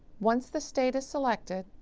once the state is selected,